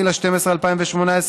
10 בדצמבר 2018,